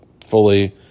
fully